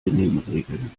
benimmregeln